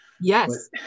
Yes